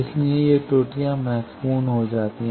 इसलिए ये त्रुटियां महत्वपूर्ण हो जाती हैं